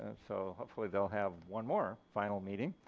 and so, hopefully they'll have one more final meeting.